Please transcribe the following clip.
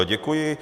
Děkuji.